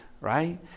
right